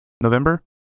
November